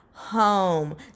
home